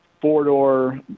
four-door